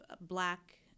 black